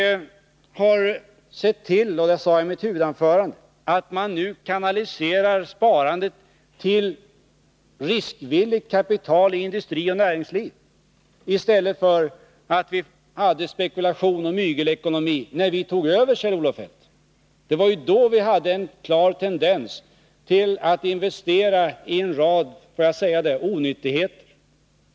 Jag sade i mitt huvudanförande att man nu kanaliserar sparandet till riskvilligt kapital i industri och näringsliv i stället för den spekulationsoch mygelekonomi som man hade då vi tog över, Kjell-Olof Feldt. Det var då vi hade en klar tendens till investeringar i en rad onyttigheter.